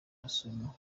rusumo